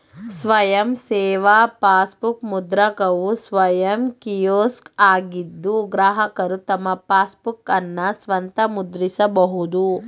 ಸ್ವಯಂ ಸೇವಾ ಪಾಸ್ಬುಕ್ ಮುದ್ರಕವು ಸ್ವಯಂ ಕಿಯೋಸ್ಕ್ ಆಗಿದ್ದು ಗ್ರಾಹಕರು ತಮ್ಮ ಪಾಸ್ಬುಕ್ಅನ್ನ ಸ್ವಂತ ಮುದ್ರಿಸಬಹುದು